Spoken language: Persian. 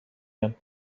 یان